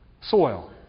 soil